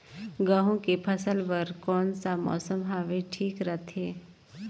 गहूं के फसल बर कौन सा मौसम हवे ठीक रथे?